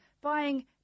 buying